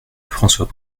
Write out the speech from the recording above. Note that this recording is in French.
françois